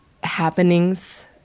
happenings